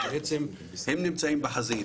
שהם נמצאים בחזית,